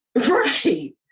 Right